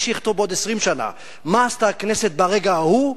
מי שיכתוב בעוד 20 שנה מה עשתה הכנסת ברגע ההוא,